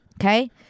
Okay